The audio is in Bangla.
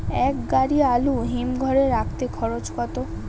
এক গাড়ি আলু হিমঘরে রাখতে খরচ কত?